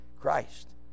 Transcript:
Christ